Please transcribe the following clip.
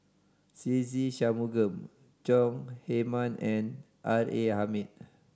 Se Ve Shanmugam Chong Heman and R A Hamid